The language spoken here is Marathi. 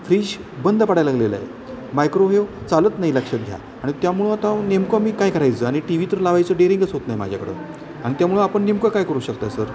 फ्रीज बंद पाडायला लागलय मायक्रोवेव चालत नाही लक्षात घ्या आणि त्यामुळे आता नेमकं मी काय करायचं आणि टी व्ही तर लावायचं डेरिंगच होत नाही माझ्याकडं अन त्यामुळे आपण नेमकं काय करू शकताय सर